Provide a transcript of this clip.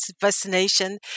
vaccination